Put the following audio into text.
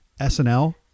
SNL